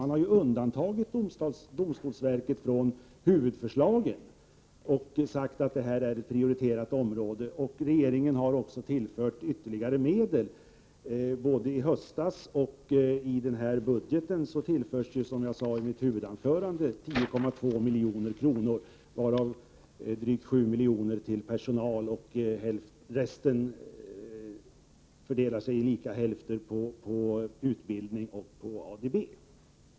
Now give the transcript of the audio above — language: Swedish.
Man har ju undantagit domstolsverket från huvudförslagen och sagt att detta är ett prioriterat 143 område. Regeringen har också tillfört ytterligare medel — både i höstas och i samband med denna budget. Nu tillförs, som jag sade i mitt huvudanförande, 10,2 milj.kr., varav drygt 7 milj.kr. avsätts för personal. När det gäller resten av pengarna fördelas dessa lika på utbildning resp. ADB.